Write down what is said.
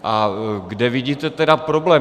A kde vidíte tedy problém?